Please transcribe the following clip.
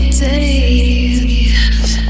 days